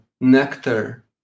nectar